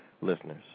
listeners